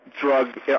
drug